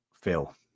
Phil